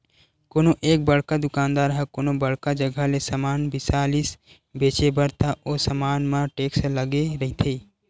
कोनो एक बड़का दुकानदार ह कोनो बड़का जघा ले समान बिसा लिस बेंचे बर त ओ समान म टेक्स लगे रहिथे